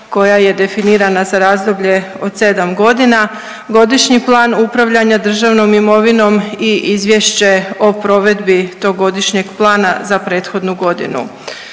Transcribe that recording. koja je definirana za razdoblje od 7.g., Godišnji plan upravljanja državnom imovinom i Izvješće o provedbi tog godišnjeg plana za prethodnu godinu.